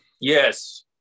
Yes